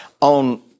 on